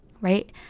right